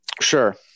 Sure